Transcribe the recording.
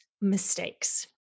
mistakes